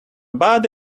bad